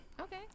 Okay